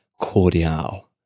cordial